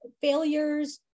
failures